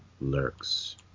lurks